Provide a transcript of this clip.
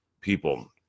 people